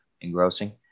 engrossing